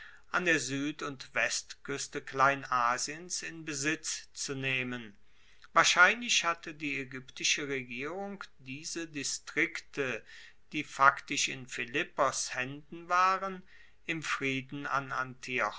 an der sued und westkueste kleinasiens in besitz zu nehmen wahrscheinlich hatte die aegyptische regierung diese distrikte die faktisch in philippos haenden waren im frieden